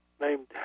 named